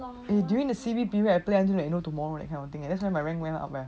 eh during the C_B period I play until no tomorrow that kind of that's why my rank went up right